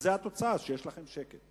זו התוצאה, שיש לכם שקט.